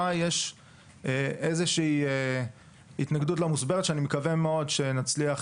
יש איזושהי התנגדות לא מוסברת שאני מקווה מאוד שנצליח